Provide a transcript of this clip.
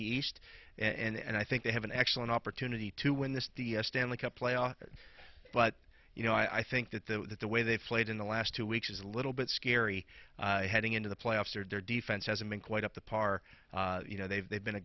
the east and i think they have an excellent opportunity to win this the stanley cup playoffs but you know i think that the that the way they've played in the last two weeks is a little bit scary heading into the playoffs or their defense hasn't been quite up to par you know they've they've been a